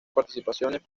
participaciones